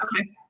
Okay